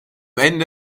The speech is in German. ende